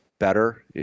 better